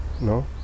No